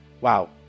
wow